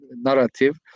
narrative